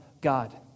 God